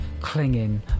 clinging